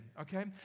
okay